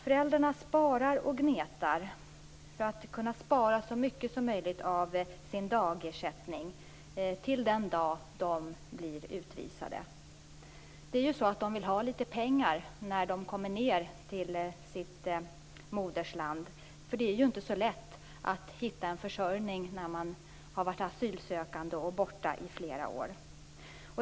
Föräldrarna sparar och gnetar för att kunna spara så mycket som möjligt av sin dagersättning till den dag de blir utvisade. De vill ju ha litet pengar när de kommer ned till sitt modersland. Det är ju inte så lätt att hitta en försörjning när man har varit asylsökande och borta i flera år.